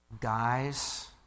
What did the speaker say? Guys